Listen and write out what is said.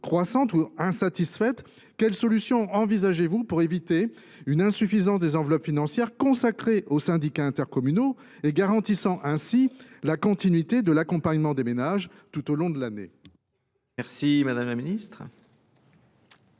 croissantes ou insatisfaites, quelles solutions envisagez vous pour éviter toute insuffisance des enveloppes financières consacrées aux syndicats intercommunaux et, ainsi, garantir la continuité de l’accompagnement des ménages tout au long de l’année ? La parole est à Mme la ministre.